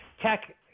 tech